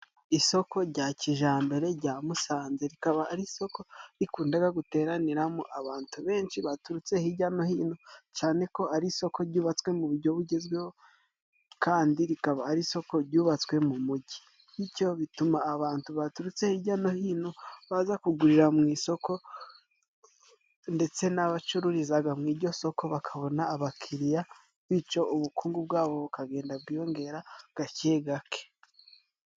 Isoko jya kijambere jya Musanze rikaba ari isoko rikundaga guteraniramo abantu benshi baturutse hijya no hino, cane ko ari isoko jyubatswe mu bujyo bugezweho kandi rikaba ari isoko jyubatswe mu mugi, bicyo bituma abantu baturutse hijya no hino baza kugurira mu isoko ndetse n'abacururizaga mu ijyo soko bakabona abakiriya, bicyo ubukungu bwabo bukagenda bwiyongera gake gake.